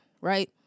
right